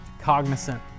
cognizant